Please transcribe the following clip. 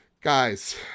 guys